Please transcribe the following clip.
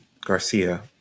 Garcia